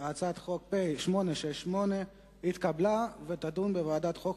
הצעת חוק פ/868 התקבלה ותידון בוועדת החוקה,